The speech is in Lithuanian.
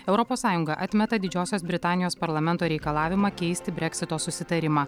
europos sąjunga atmeta didžiosios britanijos parlamento reikalavimą keisti breksito susitarimą